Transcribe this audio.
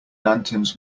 lanterns